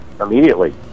immediately